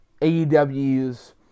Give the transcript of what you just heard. AEW's